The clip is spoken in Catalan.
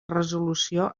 resolució